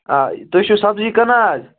آ تُہۍ چھِو سبزی کٕنان اَز